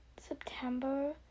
September